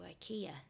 Ikea